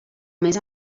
més